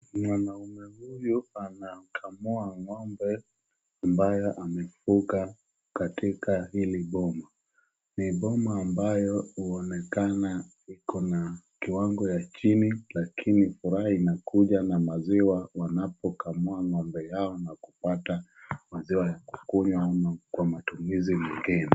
Mwanaume huyu anakamua ng'ombe ambayo amefuga katika hili boma, ni boma ambayo huonekana iko na kiwango ya chini lakini furaha inakuja na maziwa wanapokamua ng'ombe yao na kupata maziwa ya kukunywa ama kwa matumizi mengine.